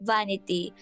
Vanity